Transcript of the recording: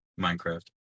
Minecraft